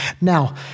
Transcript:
Now